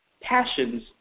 Passions